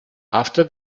after